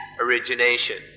origination